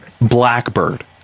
blackbird